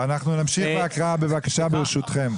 אנחנו נמשיך בהקראה, ברשותכם.